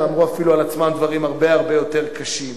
הם אמרו אפילו על עצמם דברים הרבה-הרבה יותר קשים.